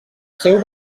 seu